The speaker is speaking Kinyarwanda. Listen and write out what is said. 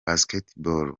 basketball